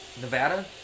Nevada